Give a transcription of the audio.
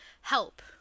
help